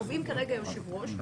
קובעים כרגע יושב-ראש,